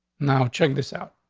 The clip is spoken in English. now check this out.